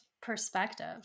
perspective